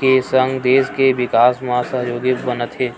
के संग देस के बिकास म सहयोगी बनत हे